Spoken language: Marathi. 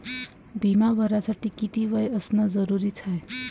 बिमा भरासाठी किती वय असनं जरुरीच हाय?